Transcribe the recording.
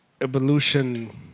evolution